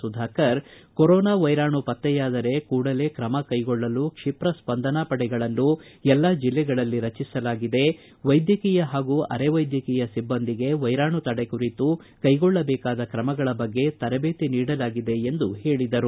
Sudhakar corona ವೈರಾಣು ಪತ್ತೆಯಾದರೆ ಕೂಡಲೇ ಕ್ರಮ ಕೈಗೊಳ್ಳಲು ಕ್ಷಿಪ್ರ ಸ್ವಂದನಾ ಪಡೆಗಳನ್ನು ಎಲ್ಲಾ ಜಿಲ್ಲೆಗಳಲ್ಲಿ ರಚಿಸಲಾಗಿದೆ ವೈದ್ಯಕೀಯ ಹಾಗೂ ಅರೆ ವೈದ್ಯಕೀಯ ಸಿಬ್ಬಂದಿಗೆ ವೈರಾಣು ತಡೆ ಕುರಿತು ಕೈಗೊಳ್ಳಬೇಕಾದ ಕ್ರಮಗಳ ಬಗ್ಗೆ ತರಬೇತಿ ನೀಡಲಾಗಿದೆ ಎಂದು ಹೇಳದರು